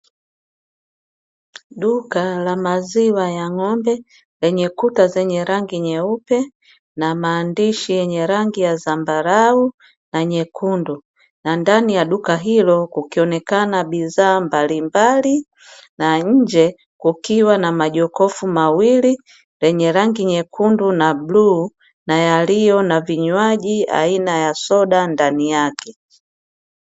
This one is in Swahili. Duka la maziwa ya ng'ombe lenye kuta zenye rangi nyeupe na maandishi yenye rangi ya zambarau na nyekundu na ndani wa duka hilo kukionekana bidhaa mbalimbali na njee kukiwa na majokofu mawili: lenye rangi nyekundu na bluu na yaliyo na vinywaji aina ya soda ndani yake.